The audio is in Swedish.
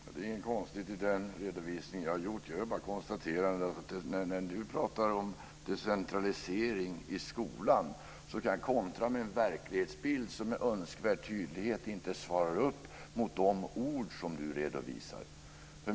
Fru talman! Det är inget konstigt med den redovisning jag hade. Jag bara konstaterar att när Gunnar Goude pratar om decentralisering inom skolan kan jag kontra med en verklighetsbild som med önskvärd tydlighet inte svarar upp mot de ord som han redovisar.